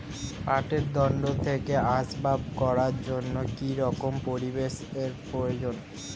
পাটের দণ্ড থেকে আসবাব করার জন্য কি রকম পরিবেশ এর প্রয়োজন?